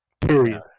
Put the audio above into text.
Period